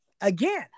again